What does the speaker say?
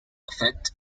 effect